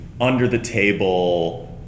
under-the-table